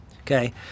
Okay